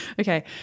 Okay